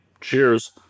Cheers